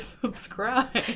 subscribe